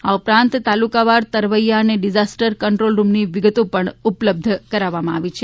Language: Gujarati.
આ ઉપરાંત તાલુકાવાર તરવૈયા અને ડિઝાસ્ટર કંટ્રોલ રૂમની વિગત ઉપલબ્ધ કરવામાં આવી છે